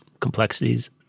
complexities